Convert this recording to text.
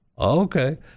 okay